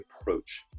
approach